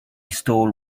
stole